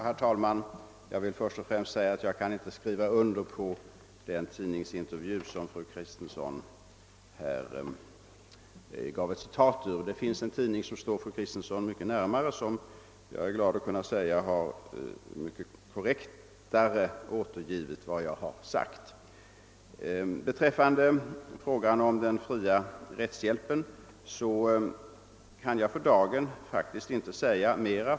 Herr talman! Jag vill först och främst säga att jag inte kan skriva under på den tidningsintervju som fru Kristensson här gav ett citat ur. Det finns en tidning som står fru Kristensson närmare och som mycket korrektare har återgett var jag har sagt. hjälpen kan jag för dagen faktiskt inte säga mera.